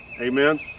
Amen